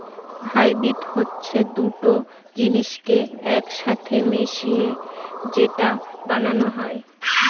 hybrid হচ্ছে দুটো জিনিসকে এক সাথে মিশিয়ে যেটা বানানো হয়